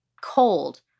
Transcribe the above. cold